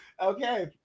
Okay